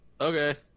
Okay